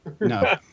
No